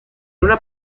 una